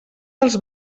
dels